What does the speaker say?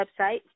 website